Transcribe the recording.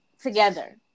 together